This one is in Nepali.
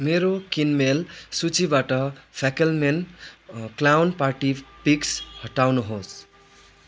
मेरो किनमेल सूचीबाट fecal man clown party picks हटाउनु होस्